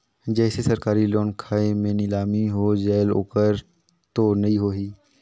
जैसे सरकारी लोन खाय मे नीलामी हो जायेल ओकर तो नइ होही?